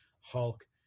Hulk